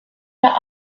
der